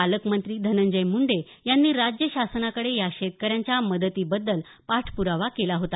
पालकमंत्री धनंजय मुंडे यांनी राज्य शासनाकडे या शेतकऱ्यांच्या मदतीबद्दल पाठप्रावा केला होता